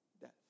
death